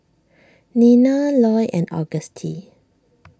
Nina Loy and Auguste